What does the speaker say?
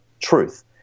truth